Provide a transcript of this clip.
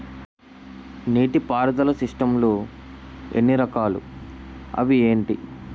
నీటిపారుదల సిస్టమ్ లు ఎన్ని రకాలు? అవి ఏంటి?